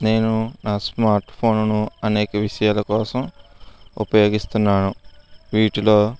నేను నా స్మార్ట్ఫోనును అనేక విషయాల కోసం ఉపయోగిస్తున్నాను వీటిలో